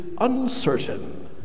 uncertain